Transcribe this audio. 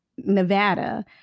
Nevada